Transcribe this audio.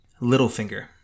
Littlefinger